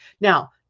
Now